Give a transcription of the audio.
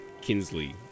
Kinsley